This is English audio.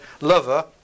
lover